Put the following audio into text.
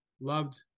loved